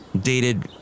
dated